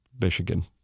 Michigan